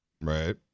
Right